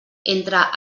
entre